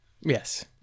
Yes